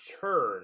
turn